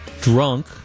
drunk